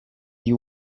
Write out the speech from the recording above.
you